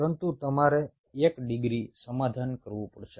પરંતુ તમારે એક ડિગ્રી સમાધાન કરવું પડશે